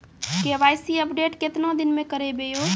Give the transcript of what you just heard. KYC update केतना दिन मे करेबे यो?